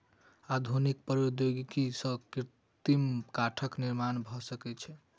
आधुनिक प्रौद्योगिकी सॅ कृत्रिम काठक निर्माण भ सकै छै